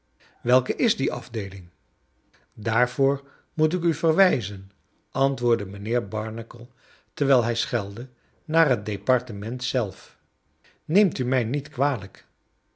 welke is die afdeeling daarvoor moet ik u verwijzen antwoordde mijnheer barnacle terwijl hij schelde naar het departement zelf neemt u mij niet kwalijk